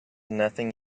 nothing